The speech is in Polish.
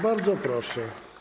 Bardzo proszę.